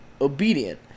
Obedient